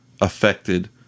affected